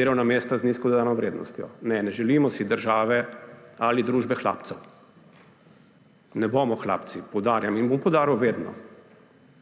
delovna mesta z nizko dodano vrednostjo. Ne, ne želimo si države ali družbe hlapcev. Ne bomo hlapci, poudarjam in bom poudaril vedno.